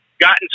gotten